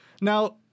Now